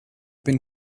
been